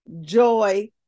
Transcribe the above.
Joy